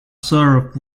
served